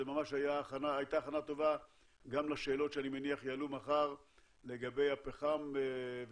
זו ממש הייתה הכנה טובה גם לשאלות שאני מניח שיעלו מחר לגבי הפחם וכו'.